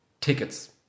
tickets